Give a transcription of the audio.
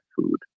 food